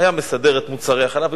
הוא היה מסדר את מוצרי החלב.